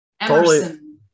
Emerson